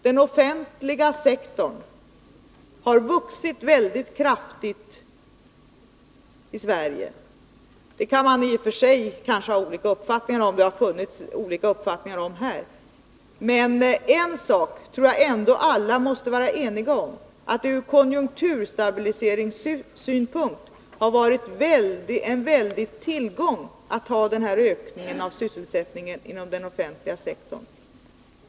Den offentliga sektorn har vuxit mycket kraftigt i Sverige. Om värdet av det kan man naturligtvis ha olika uppfattningar, och det har också funnits olika uppfattningar därom, men jag tror att alla måste vara eniga om en sak, nämligen att det ur konjunkturstabiliseringssynpunkt har varit en väldig tillgång att ha den här ökningen av sysselsättningen inom den offentliga sektorn.